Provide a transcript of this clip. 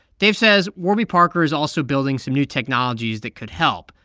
dave says warby parker is also building some new technologies that could help,